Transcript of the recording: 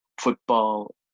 football